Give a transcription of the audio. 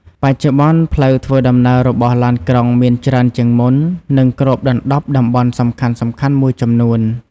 បច្ចុប្បន្ន ផ្លូវធ្វើដំណើររបស់ឡានក្រុងមានច្រើនជាងមុន និងគ្របដណ្តប់តំបន់សំខាន់ៗមួយចំនួន។